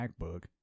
MacBook